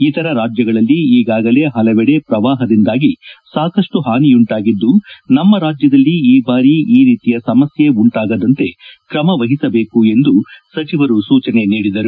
ಇತರ ರಾಜ್ಯಗಳಲ್ಲಿ ಈಗಾಗಲೇ ಹಲವೆಡೆ ಪ್ರವಾಹದಿಂದಾಗಿ ಸಾಕಷ್ಟು ಹಾನಿಯುಂಟಾಗಿದ್ದು ನಮ್ಮ ರಾಜ್ಯದಲ್ಲಿ ಈ ಬಾರಿ ಆ ರೀತಿಯ ಸಮಸ್ಯೆ ಉಂಟಾಗದಂತೆ ಕ್ರಮ ವಹಿಸಬೇಕು ಎಂದು ಸಚಿವರು ಸೂಚನೆ ನೀಡಿದರು